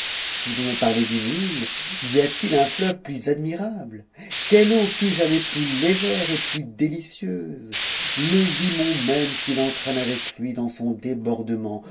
si vous me parlez du nil y a-t-il un fleuve plus admirable quelle eau fut jamais plus légère et plus délicieuse le limon même qu'il entraîne avec lui dans son débordement